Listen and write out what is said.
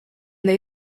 they